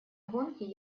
гонки